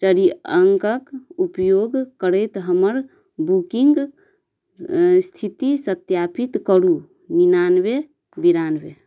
चर्य अङ्कक उपयोग करैत हमर बुकिंग स्थिति सत्यापित करू नीनानबे बिरानबे